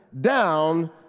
down